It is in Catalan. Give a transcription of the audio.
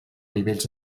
nivells